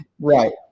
Right